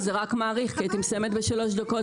רק מאריך כי הייתי מסיימת אבל היו הפרעות.